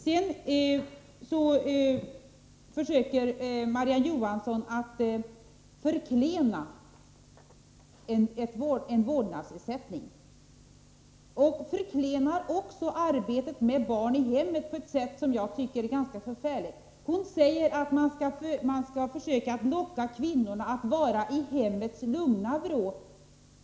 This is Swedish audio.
Sedan försöker Marie-Ann Johansson att förklena en vårdnadsersättning. Hon förklenar också arbetet med barn i hemmet på ett sätt som jag tycker är ganska förfärligt. Hon säger att man skall försöka locka kvinnorna att vara i hemmets lugna vrå.